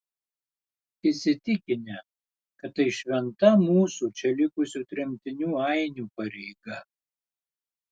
įsitikinę kad tai šventa mūsų čia likusių tremtinių ainių pareiga